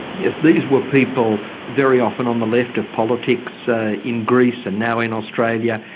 yes, these were people very often on the left of politics ah in greece and now in australia,